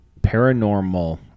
Paranormal